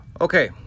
okay